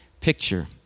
picture